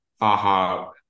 aha